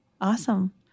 Awesome